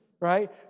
right